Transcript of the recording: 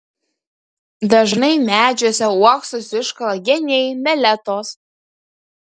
dažnai medžiuose uoksus iškala geniai meletos